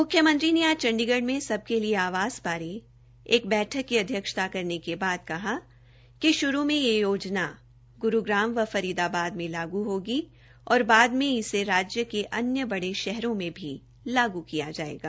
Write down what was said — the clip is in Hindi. मुख्यमंत्री ने आज चंडीगढ़ में सबके लिए आवास बारे एक बैठक की अध्यक्षता करले के बाद कहा कि श्रु में यह योजना फरीदाबाद और ग्रुग्राम में लागू ओगी और बाद में इसे राज्य के अन्य बड़े शहरों में लागू किया जाएगा